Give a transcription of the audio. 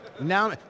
Now